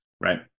right